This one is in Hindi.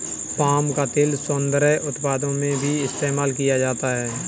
पाम का तेल सौन्दर्य उत्पादों में भी इस्तेमाल किया जाता है